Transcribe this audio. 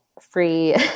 free